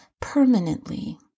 permanently